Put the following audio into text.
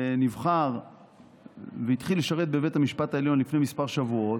שנבחר והתחיל לשרת בבית המשפט העליון לפני כמה שבועות,